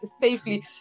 safely